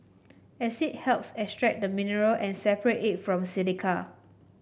acid helps extract the mineral and separate it from silica